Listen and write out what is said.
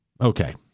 Okay